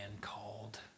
called